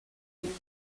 you